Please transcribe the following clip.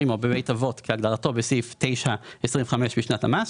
עימו בבית אבות כהגדרתו בסעיף 9(25) בשנת המס,